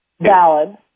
valid